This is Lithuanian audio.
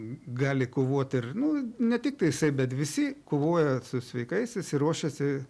gali kovot ir nu ne tiktai jisai bet visi kovoja su sveikais jisai ruošiasi